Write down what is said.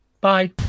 bye